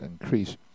increase